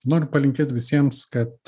noriu palinkėt visiems kad